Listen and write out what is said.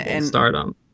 stardom